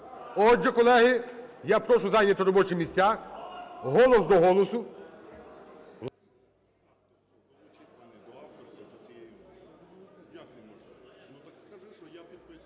Отже, колеги, я прошу зайняти робочі місця, голос до голосу.